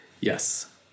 Yes